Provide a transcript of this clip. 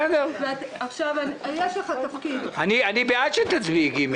אני בעד שתצביעי "ג".